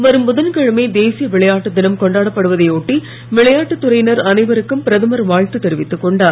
வரும் புதன்கிழமை தேசிய விளையாட்டு தினம் கொண்டாடப்படுவதையொட்டி வினையாட்டு துறையினர் அனைவருக்கும் பிரதமர் வாழ்த்து தெரிவித்துக் கொண்டார்